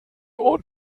und